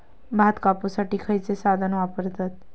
भात कापुसाठी खैयचो साधन वापरतत?